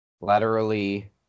laterally